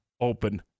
open